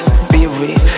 spirit